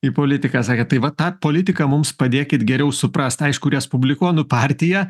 į politiką sakėt tai va tą politiką mums padėkit geriau suprast aišku respublikonų partija